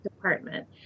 department